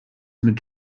mit